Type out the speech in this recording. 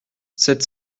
sept